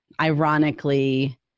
ironically